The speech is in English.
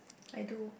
I do